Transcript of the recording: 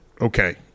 okay